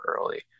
early